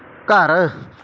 ਘਰ